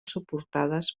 suportades